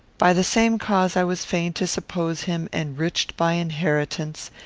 by the same cause i was fain to suppose him enriched by inheritance,